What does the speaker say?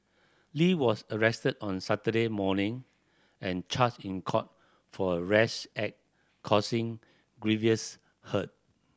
Lee was arrested on Saturday morning and charged in court for a rash act causing grievous hurt